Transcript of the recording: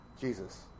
Jesus